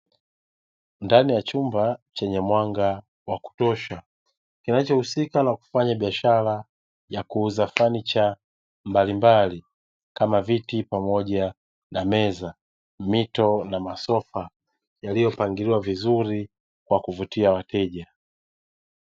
Ndani ya chumba chenye mwanga wa kutosha kinachohusika na kufanya biashara ya kuuza fanicha mbalimbali, kama: viti pamoja na meza, mito na masofa yaliyopangiliwa vizuri kwa kuvutia wateja.